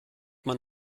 man